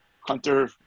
Hunter